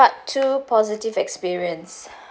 part two positive experience